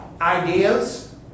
ideas